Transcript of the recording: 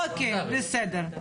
אוקיי, בסדר.